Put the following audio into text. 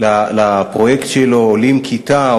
עושה לפרויקט שלו "עולים כיתה,